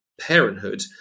parenthood